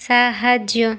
ସାହାଯ୍ୟ